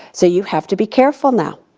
so you have to be careful now.